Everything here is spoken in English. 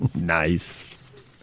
Nice